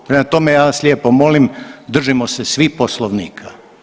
Prema tome, ja vas lijepo molim držimo se svi poslovnika.